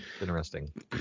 interesting